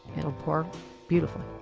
it'll pour beautifully